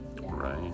Right